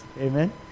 Amen